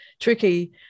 tricky